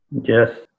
Yes